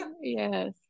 Yes